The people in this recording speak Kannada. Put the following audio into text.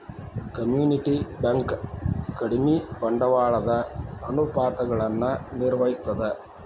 ಕಮ್ಯುನಿಟಿ ಬ್ಯಂಕ್ ಕಡಿಮಿ ಬಂಡವಾಳದ ಅನುಪಾತಗಳನ್ನ ನಿರ್ವಹಿಸ್ತದ